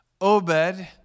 Obed